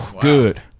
Good